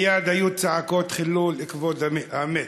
מייד היו צעקות חילול כבוד המת,